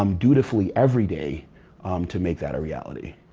um dutifully, every day to make that a reality.